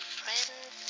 friends